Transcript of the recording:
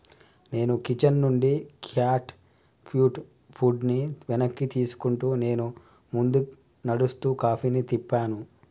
నేను కిచెన్ నుండి cat cute ఫుడ్ని వెనక్కి తీసుకుంటూ నేను ముందు నడుస్తూ కాఫీని తిప్పాను